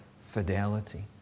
fidelity